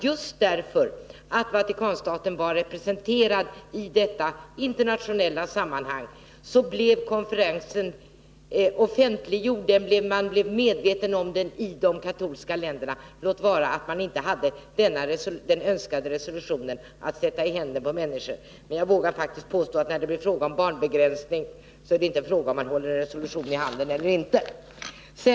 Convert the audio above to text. Just därför att Vatikanstaten var representerad i detta internationella sammanhang blev konferensen offentliggjord. man blev medveten om den i de katolska länderna — låt vara att man inte hade den önskade resolutionen att sätta i händerna på människor. När det gäller barnbegränsning— det vågar jag faktiskt påstå — är det inte fråga om huruvida man håller en resolution i handen eller inte.